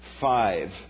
five